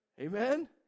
Amen